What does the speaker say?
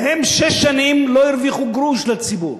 והם שש שנים לא הרוויחו גרוש לציבור.